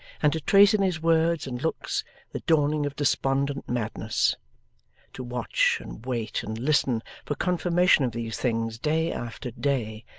and to trace in his words and looks the dawning of despondent madness to watch and wait and listen for confirmation of these things day after day,